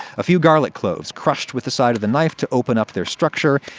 a few garlic cloves, crushed with the side of the knife to open up their structure.